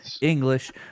english